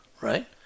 right